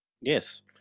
Yes